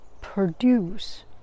produce